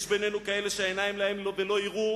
יש בינינו כאלה שעיניים להם ולא יראו,